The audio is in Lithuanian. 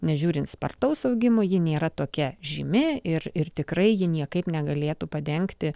nežiūrint spartaus augimo ji nėra tokia žymi ir ir tikrai ji niekaip negalėtų padengti